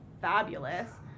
fabulous